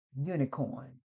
unicorn